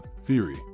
Theory